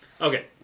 Okay